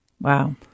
Wow